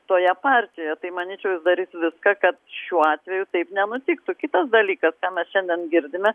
toje partijoje tai manyčiau jis darys viską kad šiuo atveju taip nenutiktų kitas dalykas ką mes šiandien girdime